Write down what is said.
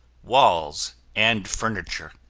walls and furniture.